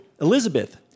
Elizabeth